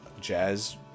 jazz